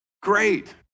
great